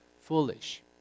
foolish